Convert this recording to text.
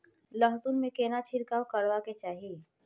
लहसुन में केना छिरकाव करबा के चाही?